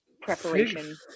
preparation